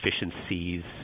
efficiencies